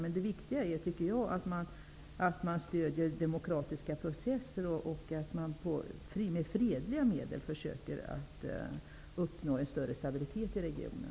Men det viktiga är att man stöder demokratiska processer och att man med fredliga medel försöker att uppnå större stabilitet i regionen.